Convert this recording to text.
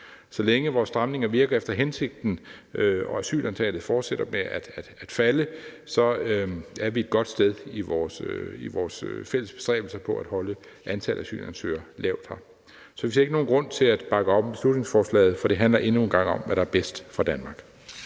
Så længe vores stramninger virker efter hensigten og asylantallet fortsætter med at falde, så er vi et godt sted i vores fælles bestræbelser på at holde antallet af asylansøgere på et lavt niveau. Så vi ser ikke nogen grund til at bakke op om beslutningsforslaget, for det handler nu engang om, hvad der er bedst for Danmark.